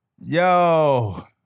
Yo